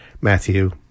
Matthew